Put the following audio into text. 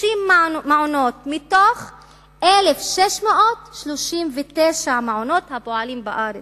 מעונות מתוך 1,639 מעונות הפועלים בארץ,